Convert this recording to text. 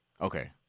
Okay